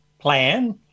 plan